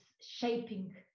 shaping